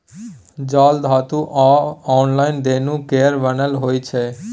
जाल धातु आ नॉयलान दुनु केर बनल होइ छै